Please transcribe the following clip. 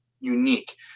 unique